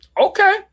okay